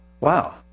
Wow